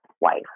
wife